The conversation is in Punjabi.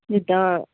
ਜਿੱਦਾਂ